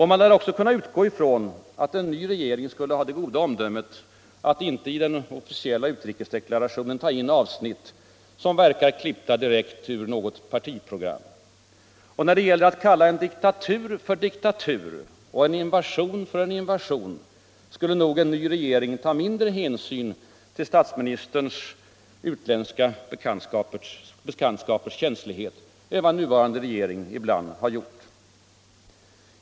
Man lär också kunna utgå ifrån att en ny regering skulle ha det goda omdömet att inte i den officiella utrikesdeklarationen ta in avsnitt som verkar klippta direkt ur något partiprogram. Och när det gäller att kalla en diktatur för en diktatur och en invasion för en invasion skulle nog en ny regering ta mindre hänsyn till statsministerns utländska bekantskapers känslighet än vad nuvarande regering ibland har gjort.